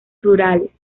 rurales